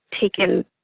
taken